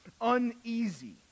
uneasy